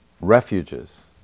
refuges